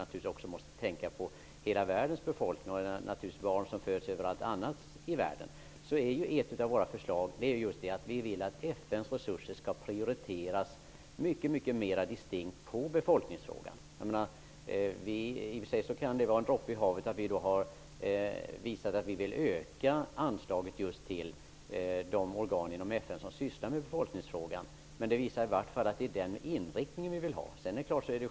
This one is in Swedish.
Naturligtvis måste man tänka på hela världens befolkning, på barn som föds överallt i världen. Ett av våra förslag är just att FN:s resurser prioriteras mycket mera distinkt till befolkningsfrågan. I och för sig kan det vara en droppe i havet att vi har visat att vi vill öka anslaget just till de organ inom FN som sysslar med befolkningsfrågan. Men det visar i varje fall att det är den inriktning som vi vill ha.